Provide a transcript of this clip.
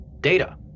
Data